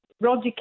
Roger